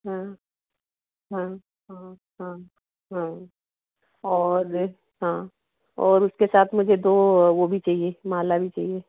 हाँ हाँ हाँ हाँ हाँ और हाँ और और उसके साथ में जो दो वह भी चाहिए माला भी चाहिए